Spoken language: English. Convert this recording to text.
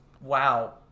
Wow